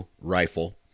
rifle